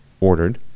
ordered